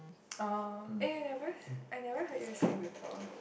oh eh you never I never heard you sing before